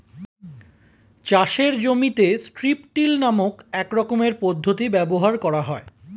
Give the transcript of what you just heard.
চাষের জমিতে strip till নামক এক রকমের পদ্ধতি ব্যবহার করা হয়